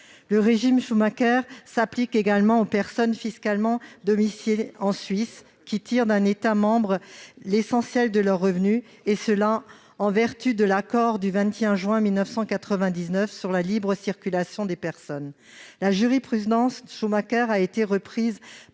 Le régime Schumacker s'applique également aux personnes fiscalement domiciliées en Suisse qui tirent d'un État membre l'essentiel de leurs revenus, et ce en vertu de l'accord du 21 juin 1999 sur la libre circulation des personnes. La jurisprudence Schumacker a été reprise